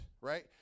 right